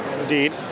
indeed